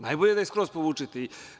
Najbolje da je skroz povučete.